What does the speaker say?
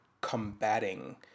combating